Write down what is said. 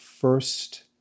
first